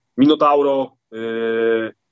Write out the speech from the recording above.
Minotauro